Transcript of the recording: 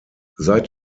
seit